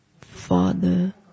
Father